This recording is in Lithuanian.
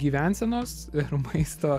gyvensenos ir maisto